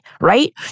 right